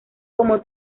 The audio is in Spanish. como